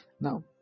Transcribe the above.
now